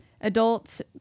adults